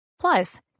plus